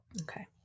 Okay